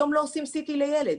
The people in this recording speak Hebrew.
היום לא עושים CT לילד,